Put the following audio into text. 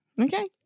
Okay